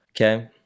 Okay